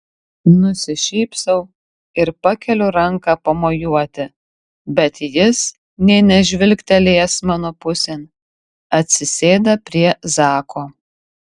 nusišypsau ir pakeliu ranką pamojuoti bet jis nė nežvilgtelėjęs mano pusėn atsisėda prie zako